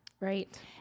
Right